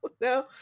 no